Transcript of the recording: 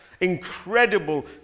incredible